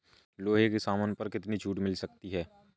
लोहे के सामान पर कितनी छूट मिल सकती है